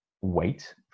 wait